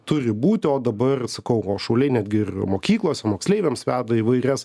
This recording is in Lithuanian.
turi būti o dabar sakau o šauliai netgi ir mokyklose moksleiviams veda įvairias